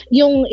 yung